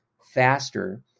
faster